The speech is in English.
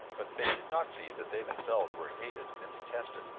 but they did not see that they themselves were hated and detested,